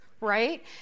right